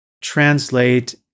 translate